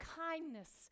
kindness